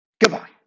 Goodbye